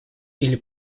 или